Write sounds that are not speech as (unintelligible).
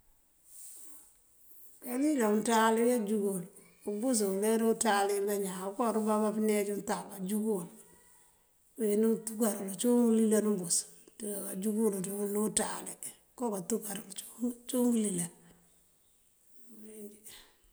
Kalilan unţáalu bá ajúngul, ubus me unţáalir dibañaan, okáa rúka káneej dí untamb uwin ajúngul këëwin untúkárël. nciwun ulilan ubus. Ajúngëwël ní unţáali oko kantukarël unciwun ulilan. (unintelligible)